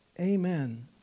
Amen